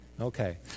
Okay